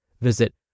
Visit